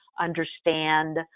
understand